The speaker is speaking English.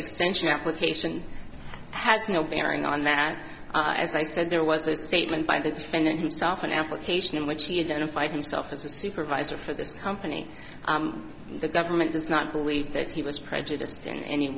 extension application has no bearing on that as i said there was no statement by the defendant himself an application in which he identified himself as a supervisor for this company the government does not believe that he was prejudiced in any